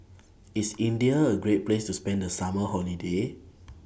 IS India A Great Place to spend The Summer Holiday